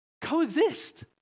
coexist